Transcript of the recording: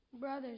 brothers